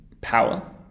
power